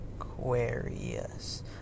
Aquarius